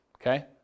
Okay